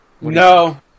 no